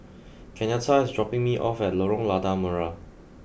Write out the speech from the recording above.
Kenyatta is dropping me off at Lorong Lada Merah